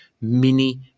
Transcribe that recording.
mini